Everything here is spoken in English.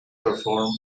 performed